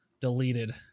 Deleted